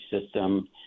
system